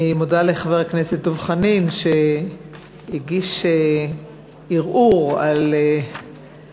אני מודה לחבר הכנסת דב חנין שהגיש ערעור על הצעת,